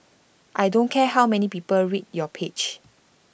I don't care how many people read your page